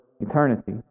eternity